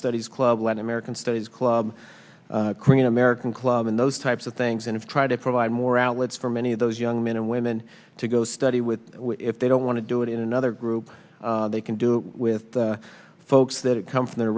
studies club when american studies club korean american club and those types of things and of try to provide more outlets for many of those young men and women to go study with if they don't want to do it in another group they can do with the folks that come from the